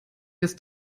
ist